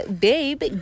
babe